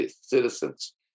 citizens